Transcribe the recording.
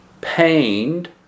pained